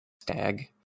stag